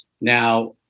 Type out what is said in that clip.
Now